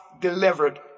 delivered